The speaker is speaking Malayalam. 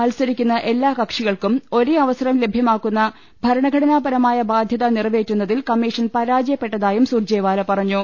മത്സരിക്കുന്ന എല്ലാ കക്ഷികൾക്കും ഒരേ അവസരം ലഭ്യ മാക്കുന്ന ഭരണഘടനാപരമായ ബാധ്യത നിറവേറ്റുന്നതിൽ കമ്മീ ഷൻ പരാജയപ്പെട്ടതായും സുർജേവാല പറഞ്ഞു